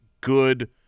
good